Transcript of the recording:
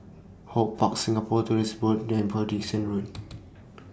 HortPark Singapore Tourism Board and Upper Dickson Road